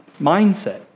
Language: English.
mindset